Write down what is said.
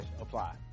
apply